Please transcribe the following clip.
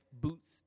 boots